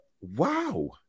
Wow